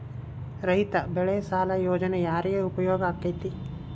ರೈತ ಬೆಳೆ ಸಾಲ ಯೋಜನೆ ಯಾರಿಗೆ ಉಪಯೋಗ ಆಕ್ಕೆತಿ?